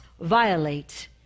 violate